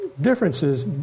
differences